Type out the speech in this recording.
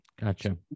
Gotcha